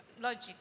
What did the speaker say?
logic